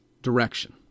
direction